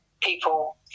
people